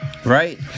Right